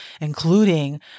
including